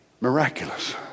Miraculous